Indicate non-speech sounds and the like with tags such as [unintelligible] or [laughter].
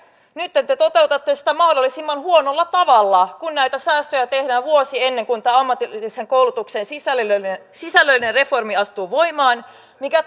nyt te toteutatte sitä mahdollisimman huonolla tavalla kun säästöjä tehdään vuosi ennen kuin ammatillisen koulutuksen sisällöllinen sisällöllinen reformi astuu voimaan mikä [unintelligible]